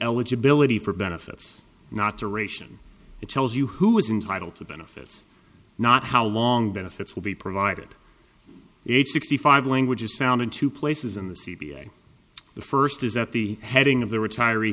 eligibility for benefits not to ration it tells you who is entitle to benefits not how long benefits will be provided eight sixty five language is found in two places in the c b s the first is at the heading of the retiree